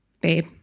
babe